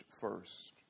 first